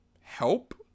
help